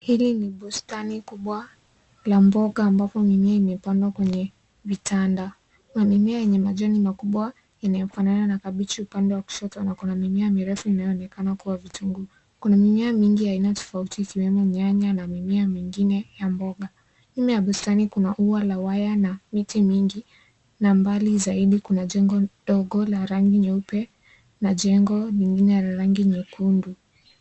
Hili ni bustani kubwa, la mboga ambapo mimea imepandwa kwenye vitanda. Kuna mimea yenye majani makubwa, inayofanana na kabichi upande wa kushoto na kuna mimea mirefu inayoonekana kua vitunguu. Kuna mimea mingi aina tofauti ikiwemo nyanya, na mimea mingine ya mboga. Nyuma ya bustani kuna ua la waya na miti mingi, na mbali zaidi kuna jengo ndogo la rangi nyeupe, na jengo nyingine la rangi nyekundu.